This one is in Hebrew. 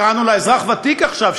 קראנו לה קצבת אזרח ותיק עכשיו,